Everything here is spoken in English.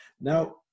Now